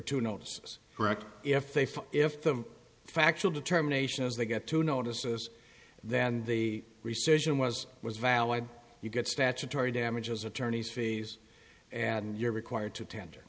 two notices correct if they fail if the factual determination as they get to notices that and the recession was was valid you get statutory damages attorneys fees and you're required to tender